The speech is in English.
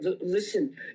listen